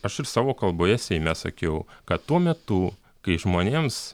aš ir savo kalboje seime sakiau kad tuo metu kai žmonėms